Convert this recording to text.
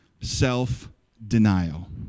self-denial